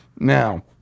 Now